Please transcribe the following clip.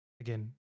again